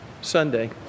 Sunday